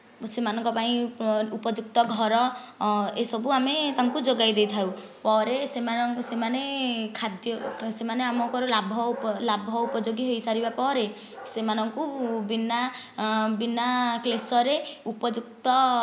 ସେମାନଙ୍କ ପାଇଁ ଉପଯୁକ୍ତ ଘର ଏସବୁ ଆମେ ତାଙ୍କୁ ଯୋଗାଇ ଦେଇଥାଉ ପରେ ସେମାନଙ୍କ ସେମାନେ ଖାଦ୍ୟ ସେମାନେ ଆମ ଲାଭ ଉପଯୋଗୀ ହୋଇସାରିବା ପରେ ସେମାନଙ୍କୁ ବିନା ବିନା କ୍ଳେଶରେ ଉପଯୁକ୍ତ